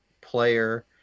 player